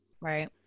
Right